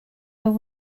out